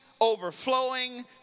overflowing